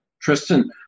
Tristan